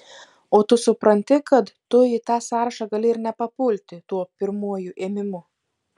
o tu supranti kad tu į tą sąrašą gali ir nepapulti tuo pirmuoju ėmimu